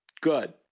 Good